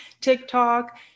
TikTok